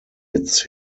its